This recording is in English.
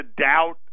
doubt